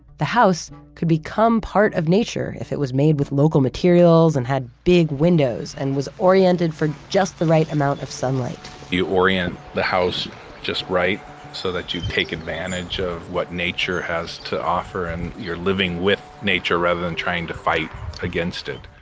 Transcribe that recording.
the house could become part of nature if it was made with local materials and had big windows and was oriented for just the right amount of sunlight you orient the house just right so that you take advantage of what nature has to offer and you're living with nature rather than trying to fight against it.